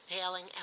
paling